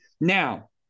Now